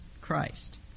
Christ